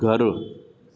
घरु